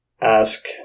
ask